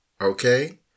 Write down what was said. okay